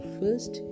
first